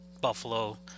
Buffalo